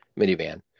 minivan